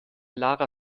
lara